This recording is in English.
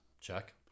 Check